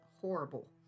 horrible